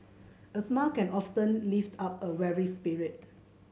a smile can often lift up a weary spirit